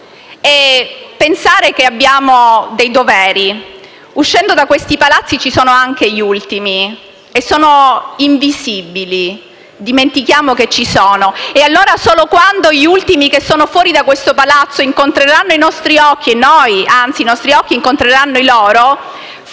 e pensare che abbiamo dei doveri. Uscendo da questi palazzi, ci sono anche gli ultimi ed essi sono invisibili; dimentichiamo che ci sono. Solo quando gli ultimi che sono fuori da questo palazzo incontreranno i nostri occhi, anzi i nostri occhi incontreranno i loro,